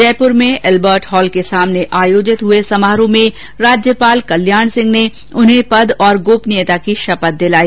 जयपुर स्थित Albert hall के सामने आयोजित हुए समारोह में राज्यपाल कल्याण सिंह ने उन्हें पद और गोपनीयता की शपथ दिलाई